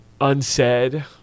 unsaid